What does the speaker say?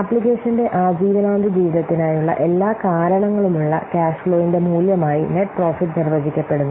ആപ്ലിക്കേഷന്റെ ആജീവനാന്ത ജീവിതത്തിനായുള്ള എല്ലാ കാരണങ്ങളുമുള്ള ക്യാഷ് ഫ്ലോവിന്റെ മൂല്യമായി നെറ്റ് പ്രോഫിറ്റ് നിർവചിക്കപ്പെടുന്നു